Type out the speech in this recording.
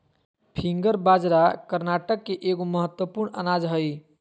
finger बाजरा कर्नाटक के एगो महत्वपूर्ण अनाज हइ